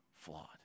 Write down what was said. flawed